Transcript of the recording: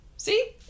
See